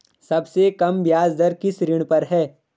सबसे कम ब्याज दर किस ऋण पर है?